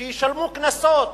שישלמו קנסות,